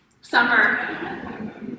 Summer